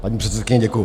Paní předsedkyně, děkuji.